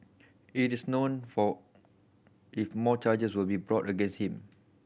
it is known for if more charges will be brought against him